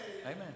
amen